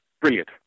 Brilliant